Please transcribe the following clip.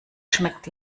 schmeckt